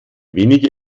weniger